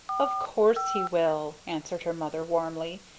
of course he will! answered her mother, warmly.